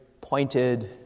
pointed